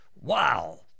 wow